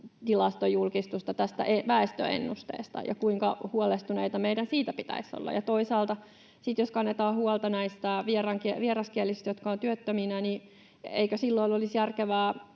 tilastojulkistusta tästä väestöennusteesta ja kuinka huolestuneita meidän siitä pitäisi olla. Toisaalta sitten jos kannetaan huolta näistä vieraskielisistä, jotka ovat työttöminä, niin eikö silloin olisi järkevää